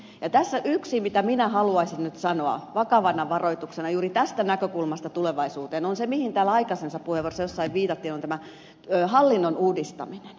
tässä yksi asia minkä minä haluaisin nyt sanoa vakavana varoituksena juuri tästä näkökulmasta tulevaisuuteen mihin täällä jossain aikaisemmassa puheenvuorossa viitattiin on hallinnon uudistaminen